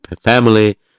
family